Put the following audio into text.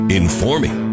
informing